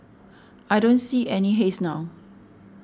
I don't see any haze now